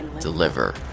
deliver